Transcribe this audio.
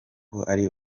ari